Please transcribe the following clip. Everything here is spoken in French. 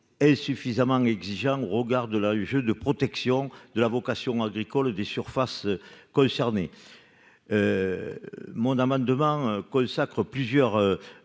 insuffisamment exigeants au regard de l'enjeu de protection de la vocation agricole des surfaces concernées. Mon amendement vise donc à consacrer plusieurs